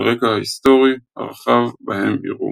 על הרקע ההיסטורי הרחב בהם אירעו.